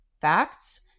facts